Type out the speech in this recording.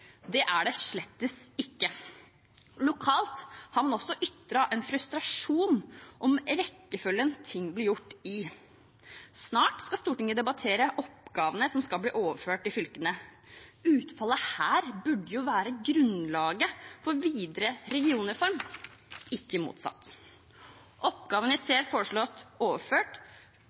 Det er det slettes ikke. Lokalt har man også ytret en frustrasjon over rekkefølgen ting blir gjort i. Snart skal Stortinget debattere oppgavene som skal bli overført til fylkene. Utfallet her burde jo være grunnlaget for en videre regionreform, ikke motsatt. Oppgavene vi ser foreslått overført,